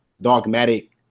dogmatic